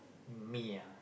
me ah